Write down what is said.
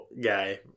guy